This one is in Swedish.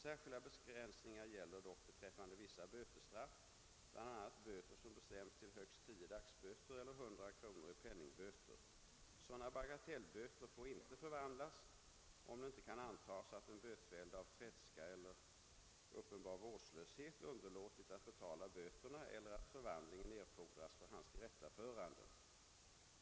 Särskilda begränsningar gäller dock beträffande vissa bötesstraff, bl.a. böter som bestämts till högst tio dagsböter eller 100 kronor i penningböter. Sådana bagatellböter får inte förvandlas om det inte kan antagas att den bötfällde av tredska eller uppenbar vårdslöshet underlåtit att betala böterna eller att förvandling erfordras för hans tillrättaförande.